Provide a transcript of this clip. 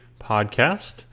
podcast